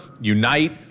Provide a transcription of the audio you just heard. unite